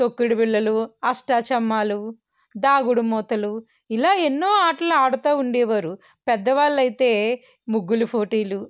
తొక్కడు పిల్లలు అష్టాచమ్మాలు దాగుడుమూతలు ఇలా ఎన్నో ఆటలాడుతూ ఉండేవారు పెద్దవాళ్ళయితే ముగ్గులు పోటీలు